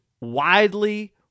widely